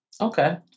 Okay